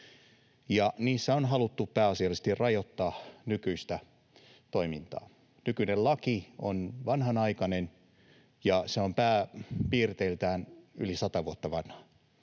niissä on haluttu pääasiallisesti rajoittaa nykyistä toimintaa. Nykyinen laki on vanhanaikainen, ja se on pääpiirteiltään yli sata vuotta vanha.